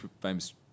famous